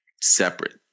separate